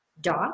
dot